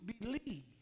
believe